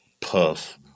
Puff